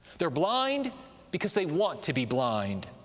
they're blind because they want to be blind.